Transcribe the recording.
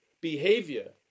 behavior